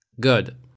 good